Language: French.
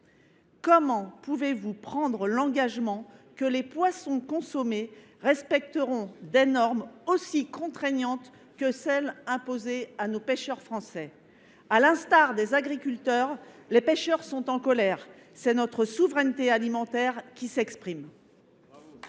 Comment pouvez vous prendre l’engagement que les poissons consommés seront conformes aux normes aussi contraignantes que celles qui sont imposées à nos pêcheurs français ? À l’instar des agriculteurs, les pêcheurs sont en colère. Ce sont les acteurs de notre souveraineté alimentaire qui s’expriment.